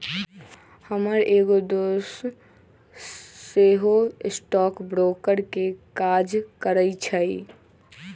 हमर एगो दोस सेहो स्टॉक ब्रोकर के काज करइ छइ